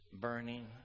burning